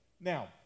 now